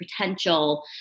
potential